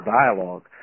dialogue